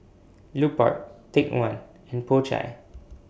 Lupark Take one and Po Chai